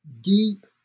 deep